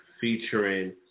featuring